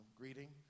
greeting